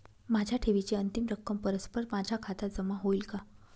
माझ्या ठेवीची अंतिम रक्कम परस्पर माझ्या खात्यात जमा होईल का?